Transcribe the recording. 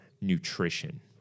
nutrition